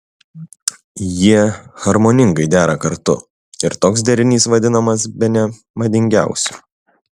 jie harmoningai dera kartu ir toks derinys vadinamas bene madingiausiu